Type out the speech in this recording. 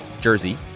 jersey